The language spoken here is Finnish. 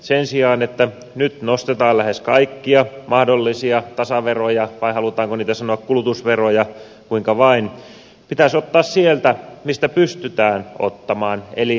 sen sijaan että nyt nostetaan lähes kaikkia mahdollisia tasaveroja vai halutaanko niitä sanoa kulutusveroiksi kuinka vain pitäisi ottaa sieltä mistä pystytään ottamaan eli hyvätuloisilta